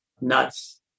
nuts